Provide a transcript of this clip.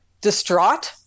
distraught